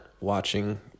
watching